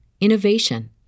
innovation